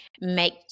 make